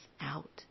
out